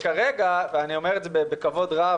כרגע ואני אומר את זה בכבוד רב,